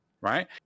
right